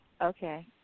Okay